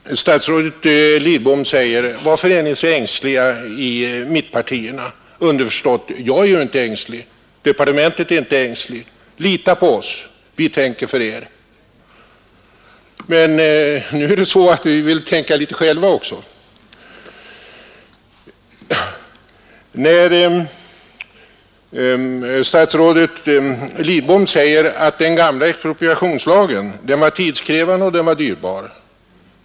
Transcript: Herr talman! Statsrådet Lidbom säger: Varför är ni så ängsliga i mittenpartierna? Underförstått säger han alltså: Jag är ju inte ängslig, departementet är inte ängsligt, lita på oss, vi tänker för er. Men nu är det så att vi vill tänka litet själva också! Statsrådet Lidbom säger att den gamla expropriationslagen till sina konsekvenser var tidskrävande och dyrbar.